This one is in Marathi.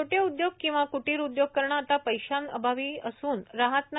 छोटे उद्योग किंवा क्टीर उद्योग करणं आता पैशांअभावी असून राहत नाही